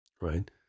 right